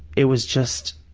it was just